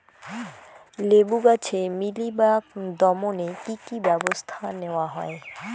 লেবু গাছে মিলিবাগ দমনে কী কী ব্যবস্থা নেওয়া হয়?